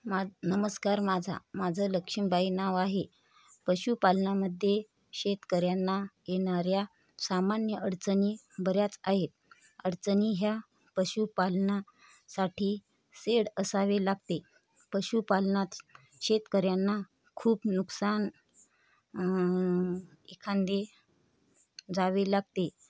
मा नमस्कार माझा माझं लक्ष्मीबाई नाव आहे पशुपालनामध्ये शेतकऱ्यांना येणाऱ्या सामान्य अडचणी बऱ्याच आहेत अडचणी ह्या पशुपालनासाठी सेड असावे लागते पशुपालनात शेतकऱ्यांना खूप नुकसान एखादे जावे लागते